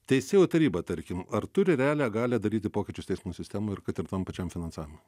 teisėjų taryba tarkim ar turi realią galią daryti pokyčius teismų sistemoj ir kad ir tam pačiam finansavimui